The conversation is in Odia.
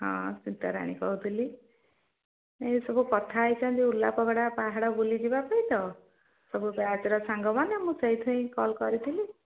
ହଁ ସିତାରାଣୀ କହୁଥିଲି ଏ ସବୁ କଥା ହେଇଛନ୍ତି ଉଲାପକଡ଼ା ପାହାଡ଼ ବୁଲିଯିବା ପାଇଁ ତ ସବୁ ବ୍ୟାଚ୍ର ସାଙ୍ଗମନେ ମୁଁ ସେଇଥିପାଇଁ କଲ୍ କରିଥିଲି